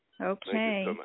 Okay